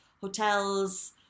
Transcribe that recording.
hotels